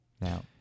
Now